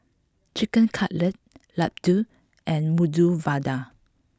Chicken Cutlet Ladoo and Medu Vada